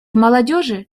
молодежи